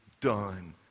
done